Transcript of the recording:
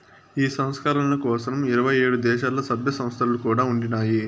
ఈ సంస్కరణల కోసరం ఇరవై ఏడు దేశాల్ల, సభ్య సంస్థలు కూడా ఉండినాయి